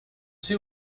see